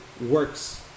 works